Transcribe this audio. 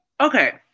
Okay